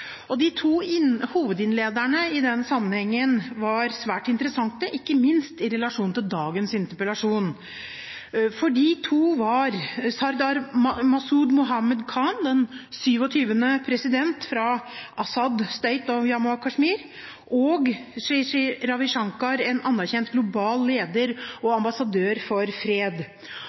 De to hovedinnlederne i den sammenhengen var svært interessante, ikke minst i relasjon til dagens interpellasjon, for de to var Sardar Masood Khan, den 27. president av Azad State of Jammu & Kashmir, og Sri Sri Ravi Shankar, en anerkjent global leder og ambassadør for fred.